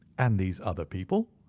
and these other people?